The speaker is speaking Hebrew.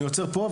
אני עוצר פה.